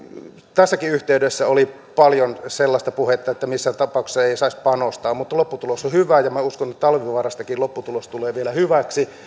tässäkin yhteydessä oli paljon sellaista puhetta että missään tapauksessa ei saisi panostaa mutta lopputulos on hyvä ja minä uskon että talvivaarastakin lopputulos tulee vielä hyväksi